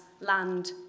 land